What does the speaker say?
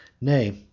nay